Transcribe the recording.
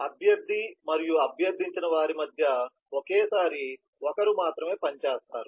అభ్యర్థి మరియు అభ్యర్థించిన వారి మధ్య ఒకేసారి ఒకరు మాత్రమే పని చేస్తారు